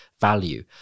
value